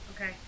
Okay